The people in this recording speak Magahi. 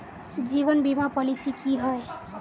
जीवन बीमा पॉलिसी की होय?